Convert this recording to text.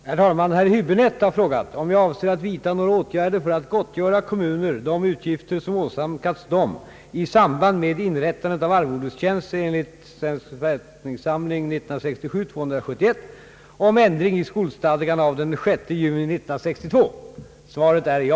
Herr talman! Herr Häbinette har frågat om jag avser att vidta några åtgärder för att gottgöra kommuner de utgifter som åsamkats dem i samband med inrättandet av arvodestjänster enligt SFS 1967:271 om ändring i skolstadgan av den 6 juni 1962. Svaret är ja.